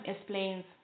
explains